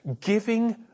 giving